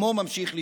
/ דמו ממשיך לשתות.